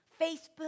Facebook